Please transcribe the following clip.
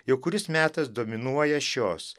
jau kuris metas dominuoja šios